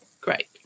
great